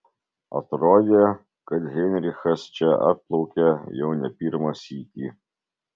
atrodė kad heinrichas čia atplaukia jau ne pirmą sykį